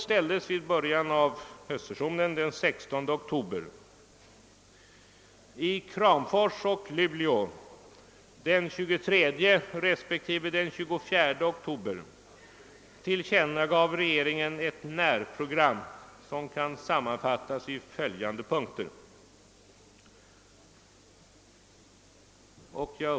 Men jag vill framhålla att det är framför allt till de 18 riksdagsledamöter som kommer att kunna besöka förvaltningsbolagets bolagsstämma som riksdagens omedelbara insyn koncentreras.